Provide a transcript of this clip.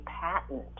patent